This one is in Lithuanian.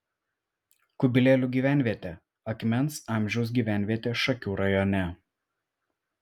kubilėlių gyvenvietė akmens amžiaus gyvenvietė šakių rajone